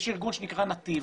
יש ארגון שנקרא נתיב,